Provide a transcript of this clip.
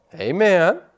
Amen